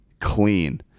clean